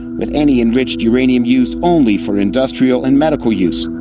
with any enriched uranium used only for industrial and medical use,